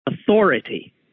authority